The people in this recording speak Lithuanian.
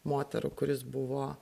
moterų kuris buvo